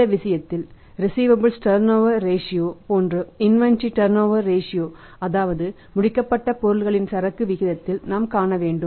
இந்த விஷயத்தில் receivables turnover ratio அதாவது முடிக்கப்பட்ட பொருட்களின் சரக்கு விகிதத்தில் நாம் காண வேண்டும்